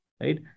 right